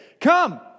Come